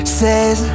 says